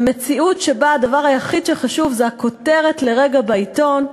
במציאות שבה הדבר היחיד שחשוב הוא הכותרת לרגע בעיתון,